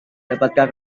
dapatkah